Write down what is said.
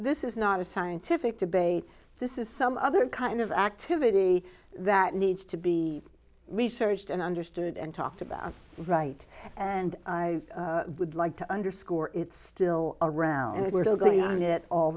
this is not a scientific debate this is some other kind of activity that needs to be researched and understood and talked about right and i would like to underscore it's still around and